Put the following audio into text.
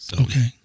Okay